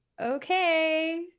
okay